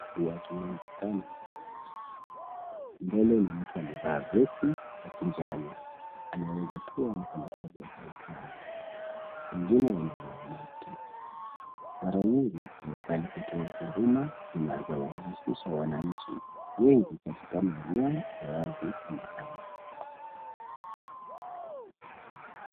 Watu wengi sana wako nje. Mbele ni mtu amevaa vesti ya kijani, anaweza kuwa mfanyikazi wa serikali. Wengine wamevaa maski. Mara nyingi, serikali hutoa huduma zinazowahusisha wananchi wengi katika maeneo ya wazi kama haya.